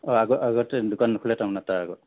অঁ আগত আগতে দোকান নুখুলে মানে তাৰ আগত